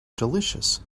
delicious